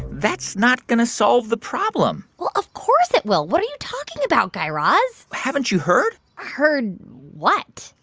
that's not going to solve the problem well, of course it will. what are you talking about, guy raz? haven't you heard? heard what?